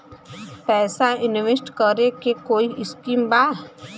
पैसा इंवेस्ट करे के कोई स्कीम बा?